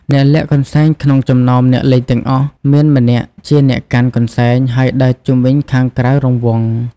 អ្នកលាក់កន្សែងក្នុងចំណោមអ្នកលេងទាំងអស់ មានម្នាក់ជាអ្នកកាន់ កន្សែង ហើយដើរជុំវិញខាងក្រៅរង្វង់ ។